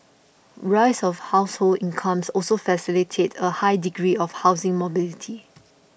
rise of household incomes also facilitated a high degree of housing mobility